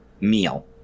meal